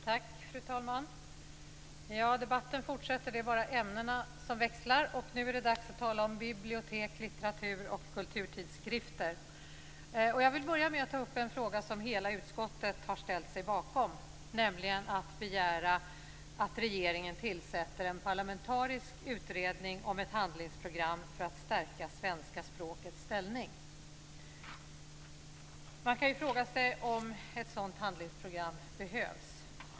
Fru talman! Debatten fortsätter, det är bara ämnena som växlar. Nu är det dags att tala om bibliotek, litteratur och kulturtidskrifter. Jag vill börja med att ta upp en fråga som hela utskottet har ställt sig bakom, nämligen att begära att regeringen tillsätter en parlamentarisk utredning om ett handlingsprogram för att stärka svenska språkets ställning. Man kan fråga sig om ett sådant handlingsprogram behövs.